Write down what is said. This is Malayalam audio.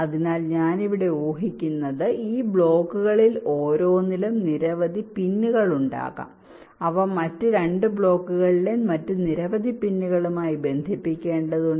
അതിനാൽ ഞാൻ ഇവിടെ ഉഹിക്കുന്നത് ഈ ബ്ലോക്കുകളിൽ ഓരോന്നിലും നിരവധി പിന്നുകൾ ഉണ്ടാകാം അവ മറ്റ് 2 ബ്ലോക്കുകളിലെ മറ്റ് നിരവധി പിന്നുകളുമായി ബന്ധിപ്പിക്കേണ്ടതുണ്ട്